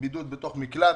לבידוד בתוך מקלט.